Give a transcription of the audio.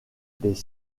des